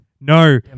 No